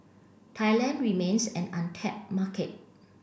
Thailand remains an untapped market